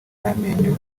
y’amenyo